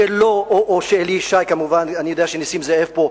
או אלי ישי, אני יודע שנסים זאב פה,